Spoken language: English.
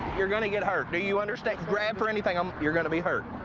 you're going to get hurt. do you understand? grab for anything, i'm you're going to be hurt.